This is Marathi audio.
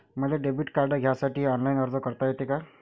मले डेबिट कार्ड घ्यासाठी ऑनलाईन अर्ज करता येते का?